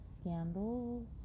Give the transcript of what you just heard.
Scandals